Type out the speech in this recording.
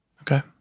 Okay